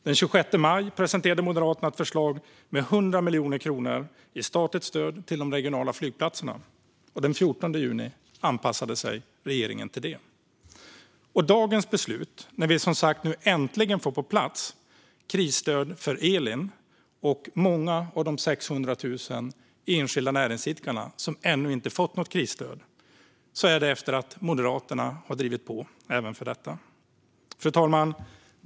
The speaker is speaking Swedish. Den 26 maj presenterade Moderaterna ett förslag om 100 miljoner kronor i statligt stöd till de regionala flygplatserna. Den 14 juni anpassade sig regeringen till det. Dagens beslut, där vi nu som sagt äntligen får krisstöd på plats för Elin och många av de 600 000 enskilda näringsidkare som ännu inte fått något krisstöd, kommer efter att Moderaterna drivit på även för detta. Fru talman!